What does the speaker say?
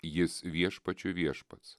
jis viešpačiui viešpats